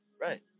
Right